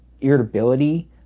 irritability